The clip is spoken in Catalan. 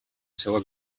seua